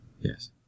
Yes